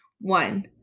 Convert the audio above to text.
One